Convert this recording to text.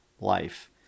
life